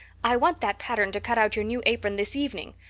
i want that pattern to cut out your new apron this evening.